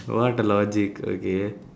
what logic okay